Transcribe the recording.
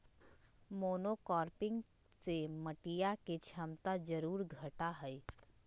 monocropping से मटिया के क्षमता जरूर घटा हई